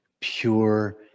pure